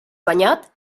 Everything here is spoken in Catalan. banyat